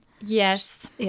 Yes